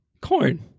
Corn